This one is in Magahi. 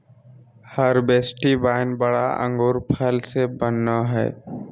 हर्बेस्टि वाइन बड़ा अंगूर फल से बनयय हइ